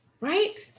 Right